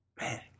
Man